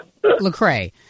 Lecrae